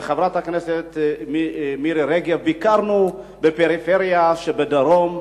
וחברת הכנסת מירי רגב ביקרנו בפריפריה, בדרום.